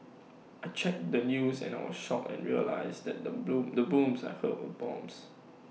I checked the news and I was shocked and realised that the bloom the booms I heard were bombs